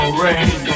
rain